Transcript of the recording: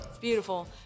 beautiful